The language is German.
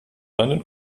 deinen